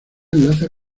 enlaza